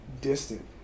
distant